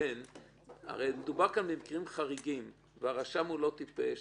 הרי מדובר כאן במקרים חריגים, והרשם לא טיפש.